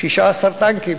16 טנקים.